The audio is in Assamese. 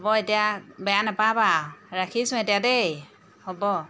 হ'ব এতিয়া বেয়া নাপাবা আৰু ৰাখিছোঁ এতিয়া দেই হ'ব